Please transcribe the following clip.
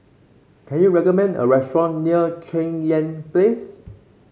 can you recommend a restaurant near Cheng Yan Place